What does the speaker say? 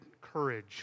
courage